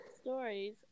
stories